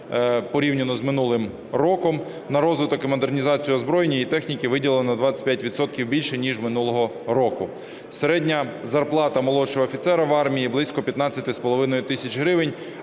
порівняно з минулим роком; на розвиток і модернізацію озброєння і техніки виділено на 25 відсотків більше, ніж минулого року. Середня зарплата молодшого офіцера в армії близько 15,5 тисяч гривень,